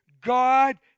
God